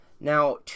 Now